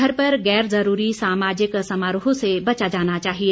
घर पर गैर जरूरी सामाजिक समारोह से बचा जाना चाहिए